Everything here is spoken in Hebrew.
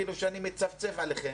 כאילו שאני מצפצף עליכם,